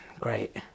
Great